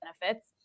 benefits